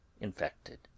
infected